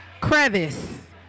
crevice